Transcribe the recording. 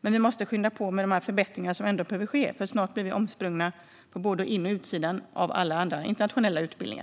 Men vi måste skynda på med de här förbättringarna, som behöver ske. Annars blir vi snart omsprungna på både insidan och utsidan av alla andra internationella utbildningar.